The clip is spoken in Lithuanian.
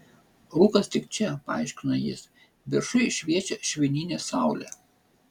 rūkas tik čia paaiškino jis viršuj šviečia švininė saulė